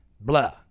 blah